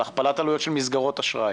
על הכפלת עלויות של מסגרות אשראי,